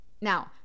now